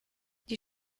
die